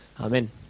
Amen